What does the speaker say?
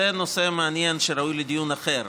זה נושא מעניין שראוי לדיון אחר,